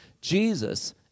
Jesus